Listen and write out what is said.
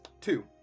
Two